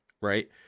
Right